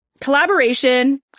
collaboration